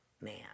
man